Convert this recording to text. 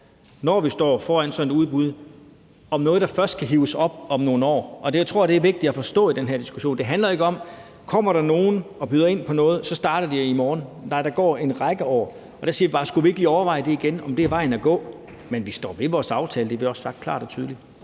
når vi står foran sådan et udbud, at det er noget, der først kan hives op om nogle år. Jeg tror, det er vigtigt at forstå det i den her diskussion. Det handler jo ikke om, at kommer der nogen og byder ind på det og starter det i morgen. Nej, der går en række år. Og der spørger jeg bare, om vi ikke lige skulle overveje igen, om det er vejen at gå. Men vi står ved vores aftale, og det har vi også sagt klart og tydeligt.